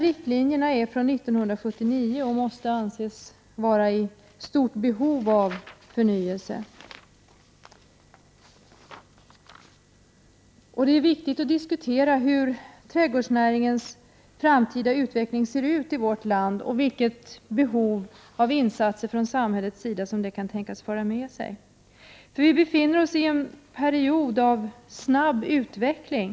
Riktlinjerna gäller sedan 1979 och måste anses vara i stort behov av förnyelse. Det är viktigt att diskutera trädgårdsnäringens framtida utveckling i vårt land och vilket behov av insatser från samhällets sida som den utvecklingen kan föra med sig. Vi befinner oss nämligen i en period av snabb utveckling.